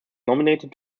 nominated